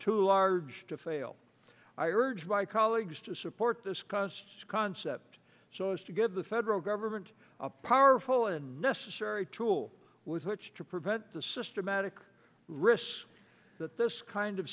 too large to fail i urge my colleagues to support this costs concept so as to give the federal government a powerful and necessary tool with which to prevent the systematic risks that this kind of